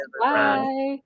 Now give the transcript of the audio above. Bye